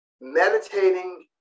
meditating